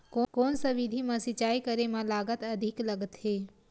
कोन सा विधि म सिंचाई करे म लागत अधिक लगथे?